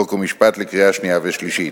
חוק ומשפט לקריאה שנייה ושלישית.